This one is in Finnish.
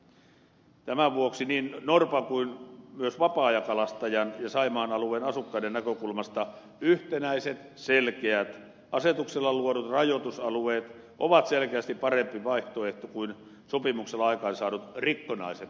tämän vuoksi niin norpan kuin myös vapaa ajan kalastajien ja saimaan alueen asukkaiden näkökulmasta yhtenäiset selkeät asetuksella luodut rajoitusalueet ovat selkeästi parempi vaihtoehto kuin sopimuksella aikaansaadut rikkonaiset rajoitusalueet